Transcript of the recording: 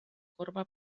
corba